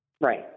Right